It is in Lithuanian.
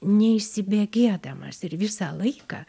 neįsibėgėdamas ir visą laiką